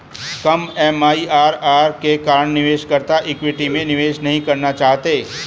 कम MIRR के कारण निवेशकर्ता इक्विटी में निवेश नहीं करना चाहते हैं